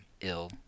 ill